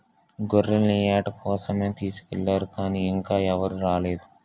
గొర్రెల్ని ఏట కోసమే తీసుకెల్లారు గానీ ఇంకా ఎవరూ రాలేదు